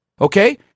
okay